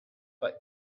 but